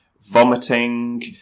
vomiting